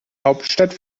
hauptstadt